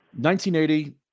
1980